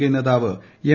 K നേതാവ് M